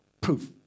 proof